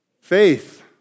Faith